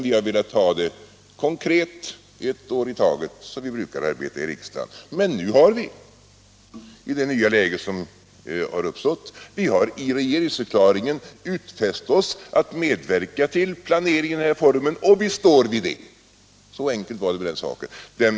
Vi har velat ta det konkret ett år i taget, som vi brukar arbeta i riksdagen. Nu har vi emellertid, i det nya läge som har uppstått, i regeringsförklaringen utfäst oss att medverka till planering i den här formen, och vi står vid det. Så enkelt är det med den saken.